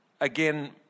again